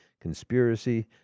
Conspiracy